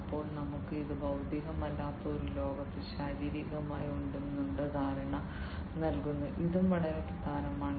അപ്പോൾ നമുക്ക് അത് ഭൌതികമല്ലാത്ത ഒരു ലോകത്ത് ശാരീരികമായി ഉണ്ടെന്നുള്ള ധാരണ നൽകുന്നു ഇതും വളരെ പ്രധാനമാണ്